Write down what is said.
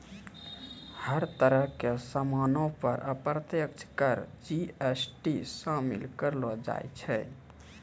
हर तरह के सामानो पर अप्रत्यक्ष कर मे जी.एस.टी शामिल करलो जाय छै